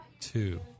two